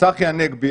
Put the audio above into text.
צחי הנגבי,